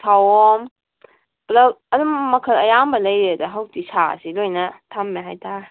ꯁꯥꯑꯣꯝ ꯄꯨꯂꯞ ꯑꯗꯨꯝ ꯃꯈꯜ ꯑꯌꯥꯝꯕ ꯂꯩꯔꯦꯗ ꯍꯧꯖꯤꯛꯇꯤ ꯁꯥꯁꯤ ꯂꯣꯏꯅ ꯊꯝꯃꯦ ꯍꯥꯏꯇꯥꯔꯦ